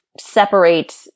separate